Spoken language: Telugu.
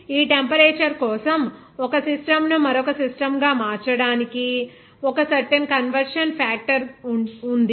ఈ టెంపరేచర్ కోసం ఒక సిస్టమ్ ను మరొక సిస్టమ్ గా మార్చడానికి ఒక సర్టెన్ కన్వర్షన్ ఫాక్టర్ ఉంది